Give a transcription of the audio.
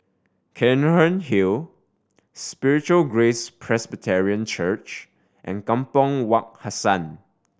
Cairnhill Road Spiritual Grace Presbyterian Church and Kampong Wak Hassan